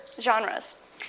genres